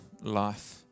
life